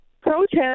Protest